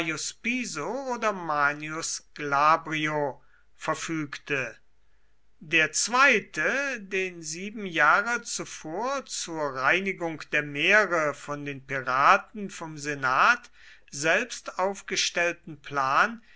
oder manius glabrio verfügte der zweite den sieben jahre zuvor zur reinigung der meere von den piraten vom senat selbst aufgestellten plan